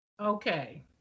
Okay